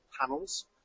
panels